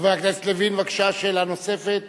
חבר הכנסת לוין, בבקשה, שאלה נוספת.